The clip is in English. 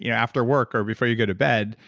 you know after work or before you go to bed,